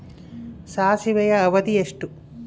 ಸಾಸಿವೆಯ ಅವಧಿ ಎಷ್ಟು?